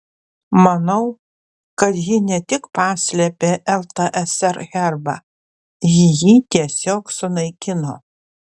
manau kad ji ne tik paslėpė ltsr herbą ji jį tiesiog sunaikino